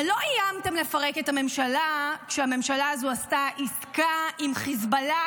אבל לא איימתם לפרק את הממשלה כשהממשלה הזו עשתה עסקה עם חיזבאללה,